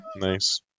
Nice